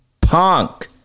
Punk